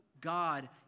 God